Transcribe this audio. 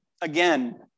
again